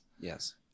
Yes